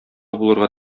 булырга